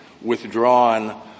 withdrawn